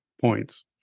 points